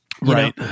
right